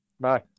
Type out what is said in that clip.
Bye